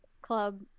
club